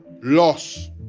loss